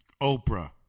Oprah